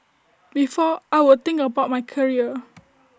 before I would think about my career